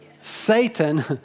Satan